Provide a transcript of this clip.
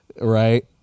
Right